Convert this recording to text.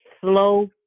Slow